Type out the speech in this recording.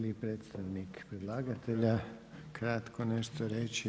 Želi li predstavnik predlagatelja kratko nešto reći?